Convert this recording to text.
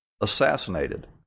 assassinated